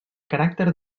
caràcter